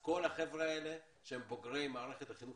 כל החבר'ה האלה שהם בוגרים מערכת החינוך